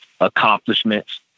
accomplishments